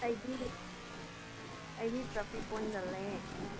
ꯑꯩꯗꯤ ꯇ꯭ꯔꯥꯐꯤꯛ ꯄꯣꯏꯟꯗ ꯂꯩꯌꯦ